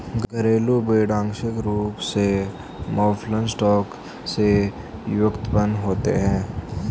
घरेलू भेड़ आंशिक रूप से मौफलन स्टॉक से व्युत्पन्न होते हैं